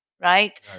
right